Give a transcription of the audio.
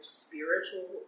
spiritual